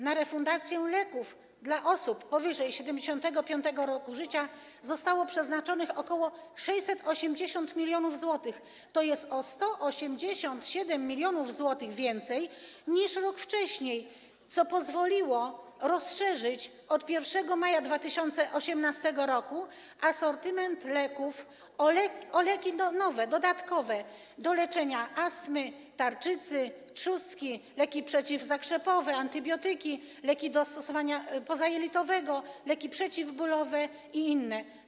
Na refundację leków dla osób powyżej 75. roku życia zostało przeznaczonych ok. 680 mln zł, tj. o 187 mln zł więcej niż rok wcześniej, co pozwoliło rozszerzyć od 1 maja 2018 r. asortyment leków o leki nowe, dodatkowe, przeznaczone do leczenia astmy, tarczycy, trzustki, leki przeciwzakrzepowe, antybiotyki, leki do stosowania pozajelitowego, leki przeciwbólowe i inne.